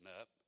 up